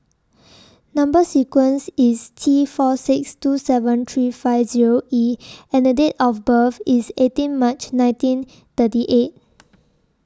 Number sequence IS T four six two seven three five Zero E and The Date of birth IS eighteen March nineteen thirty eight